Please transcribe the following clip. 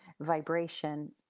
vibration